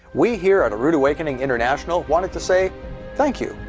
we here at a rood awakening international wanted to say thank you.